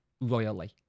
royally